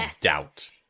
doubt